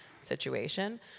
situation